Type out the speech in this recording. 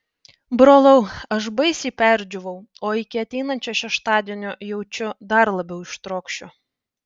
brolau aš baisiai perdžiūvau o iki ateinančio šeštadienio jaučiu dar labiau ištrokšiu